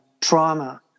trauma